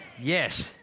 Yes